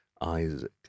Isaac